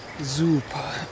Super